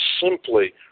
simply